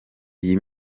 iyi